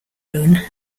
own